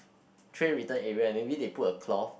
tray return area and maybe they put a cloth